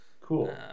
Cool